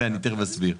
ותיכף אסביר.